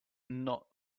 not